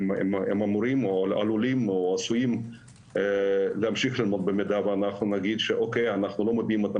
הם עלולים להמשיך ללמוד שם במידה שנגיד שלא נביא אותם